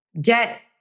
get